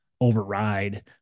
override